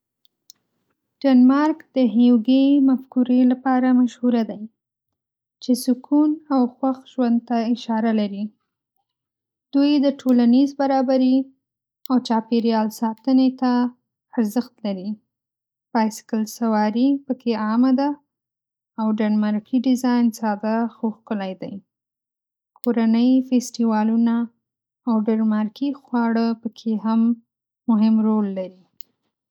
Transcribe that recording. ډنمارک د "هېوګې" مفکورې لپاره مشهوره دی، چې سکون او خوښ ژوند ته اشاره لري. دوی د ټولنیز برابري او چاپېریال ساتنې ته ارزښت لري. بایسکل‌سواري پکې عامه ده، او ډنمارکي ډیزاین ساده خو ښکلی دی. کورنۍ، فېسټوالونه او ډنمارکي خواړه پکې هم مهم رول لري.